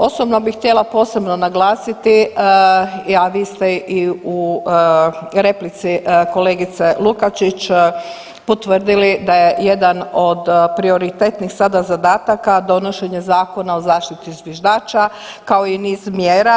Osobno bih htjela posebno naglasiti, a vi ste i u replici kolegice Lukačić potvrdili da je jedan od prioritetnih sada zadataka donošenje Zakona o zaštiti zviždača, kao i niz mjera.